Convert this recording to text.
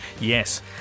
Yes